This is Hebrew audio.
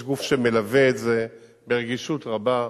יש גוף שמלווה את זה ברגישות רבה,